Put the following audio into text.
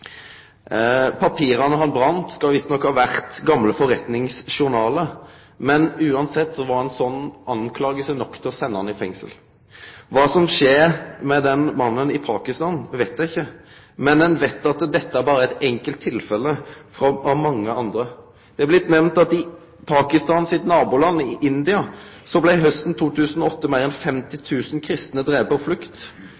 han brende, skal visstnok ha vore gamle forretningsjournalar, men uansett var ei slik påstand nok til å setje han i fengsel. Kva som skjer med den mannen i Pakistan, veit eg ikkje, men ein veit at dette berre er eit enkelt tilfelle blant mange andre. Det er blitt nemnt at i Pakistan sitt naboland India blei hausten 2008 meir enn 50